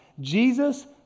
Jesus